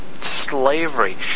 slavery